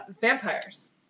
vampires